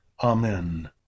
Amen